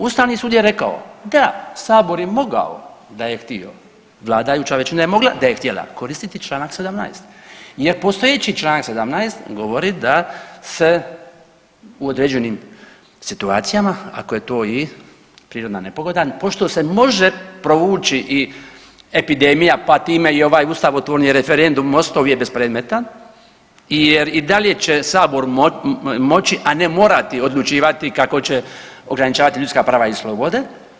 Ustavni sud je rekao da Sabor je mogao da je htio vladajuća većina je mogla da je htjela koristiti čl. 17. jer postojeći čl. 17. govori da se u određenim situacijama ako je to i prirodna nepogoda pošto se može provući i epidemija pa time i ovaj ustavni referendum Mostov je bespredmetan jer i dalje će Sabor moći, a ne morati odlučivati kako će ograničavati ljudska prava i slobode.